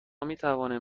میتوانیم